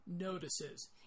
notices